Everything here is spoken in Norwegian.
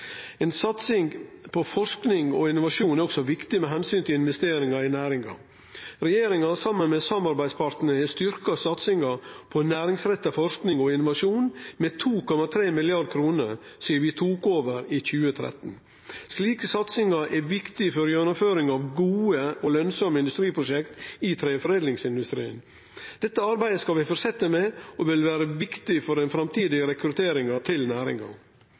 satsing på forsking og innovasjon er òg viktig med omsyn til investeringar i næringa. Regjeringa saman med samarbeidspartane har styrkt satsinga på næringsretta forsking og innovasjon med 2,3 mrd. kr sidan vi tok over i 2013. Slike satsingar er viktige for gjennomføringa av gode og lønsame industriprosjekt i treforedlingsindustrien. Dette arbeidet skal vi fortsetje med, og det vil vere viktig for den framtidige rekrutteringa til næringa.